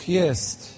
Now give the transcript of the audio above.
jest